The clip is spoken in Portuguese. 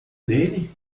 dele